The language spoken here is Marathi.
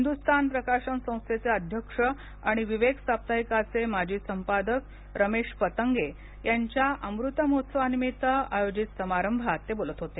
हिंदुस्थान प्रकाशन संस्थेचे अध्यक्ष आणि विवेक साप्ताहिकाचे माजी संपादक रमेश पतंगे यांच्या अमृत महोत्सवानिमित्त आयोजित समारंभात ते बोलत होते